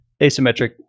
asymmetric